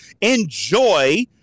enjoy